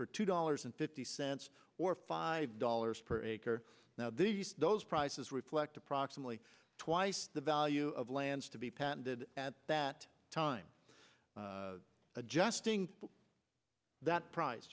for two dollars and fifty cents or five dollars per acre now these those prices reflect approximately twice the value of lands to be patented at that time adjusting that price